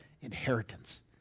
inheritance